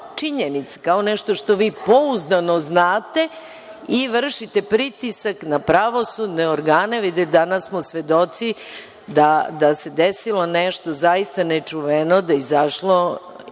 kao nešto što vi pouzdano znate i vršite pritisak na pravosudne organe. Danas smo svedoci da se desilo nešto zaista nečuveno, da je izašlo ime